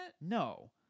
No